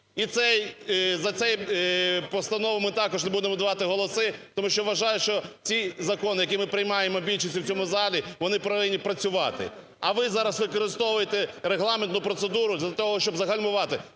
За цю постанову ми також не будемо давати голоси, тому що вважаю, що ці закони, які ми приймаємо більшістю в цьому залі, вони повинні працювати, а ви зараз використовуєте регламентну процедуру для того, щоб загальмувати